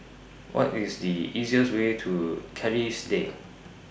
What IS The easiest Way to Kerrisdale